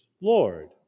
lord